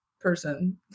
person